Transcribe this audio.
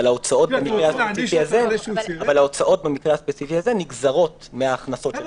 אבל ההוצאות במקרה הספציפי הזה נגזרות מההכנסות של המתקן.